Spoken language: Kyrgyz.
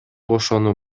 ошону